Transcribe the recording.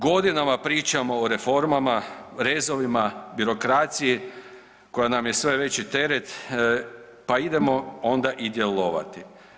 Godinama pričamo o reformama, rezovima, birokraciji koja nam je sve veći teret pa idemo onda i djelovati.